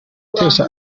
gutesha